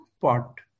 pot